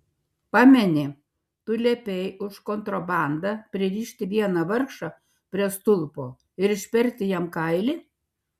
pameni tu liepei už kontrabandą pririšti vieną vargšą prie stulpo ir išperti jam kailį